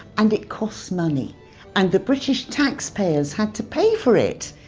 and it cost money and the british taxpayers had to pay for it.